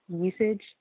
usage